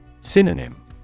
Synonym